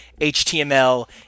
HTML